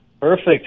Perfect